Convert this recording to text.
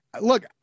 Look